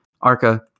ARCA